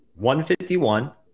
151